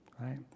right